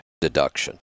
deduction